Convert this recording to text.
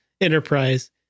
Enterprise